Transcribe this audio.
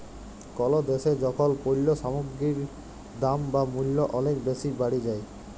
call দ্যাশে যখল পল্য সামগ্গির দাম বা মূল্য অলেক বেসি বাড়ে যায়